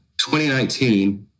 2019